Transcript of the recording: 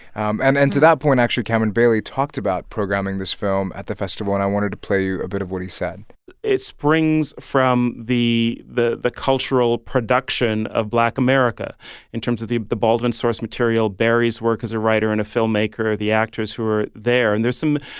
um and and to that point, actually, cameron bailey talked about programming this film at the festival, and i wanted to play a bit of what he said it springs from the the cultural production of black america in terms of the the baldwin source material, barry's work as a writer and a filmmaker, the actors who were there, and there's some,